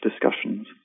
discussions